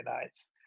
nights